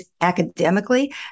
academically